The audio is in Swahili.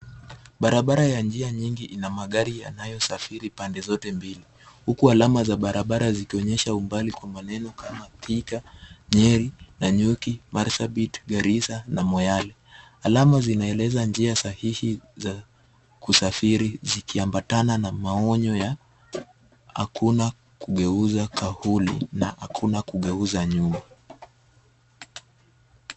Barabara ya njia nyingi ina magari yanayosafiri pande zote mbili huku alama za barabara zikionyesha umbali kwa maneno kama Thika, Nyeri Nanyuki, Marsabit, Garissa na Moyale. Alama zinaeleza njia sahihi za kusafiri zikiambatana na maonyo ya hakuna kugeuza kauli na hakuna kugeuza nyuma.